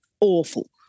awful